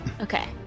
Okay